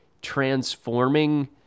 transforming